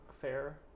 fair